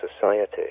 society